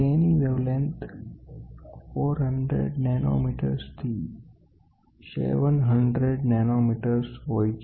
તેની wavelength 400 nanometre થી 700 nanometre હોય છે